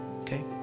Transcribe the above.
Okay